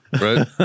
Right